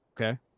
Okay